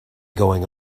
going